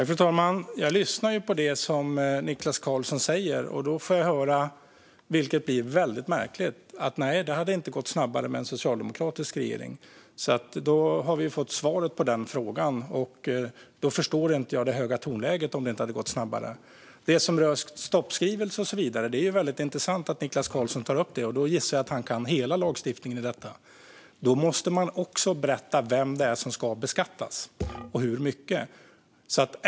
Fru talman! Jag får här höra från Niklas Karlsson att det inte hade gått snabbare med en socialdemokratisk regering. Det är väldigt märkligt att höra, men då har vi fått svaret på den frågan. Jag förstår inte det höga tonläget om svaret är att det inte hade gått snabbare. Det är intressant att Niklas Karlsson tar upp stoppskrivelser och så vidare. Då gissar jag att han kan hela lagstiftningen kring detta, för man måste också berätta vem det är som ska beskattas och hur mycket.